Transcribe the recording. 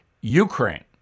Ukraine